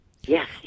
Yes